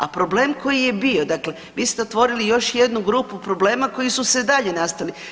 A problem koji je bio, dakle vi ste otvorili još jednu grupu problema koji su se dalje nastali.